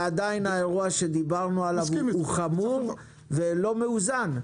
אבל עדיין האירוע שדיברנו עליו הוא חמור ולא מאוזן.